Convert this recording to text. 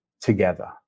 together